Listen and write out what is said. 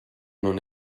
non